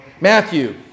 Matthew